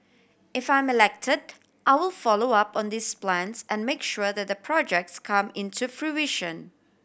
if I'm elected I will follow up on these plans and make sure that the projects come into fruition